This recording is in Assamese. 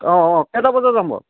অঁ অঁ কেইটা বজাত যাম বাৰু